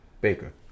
Baker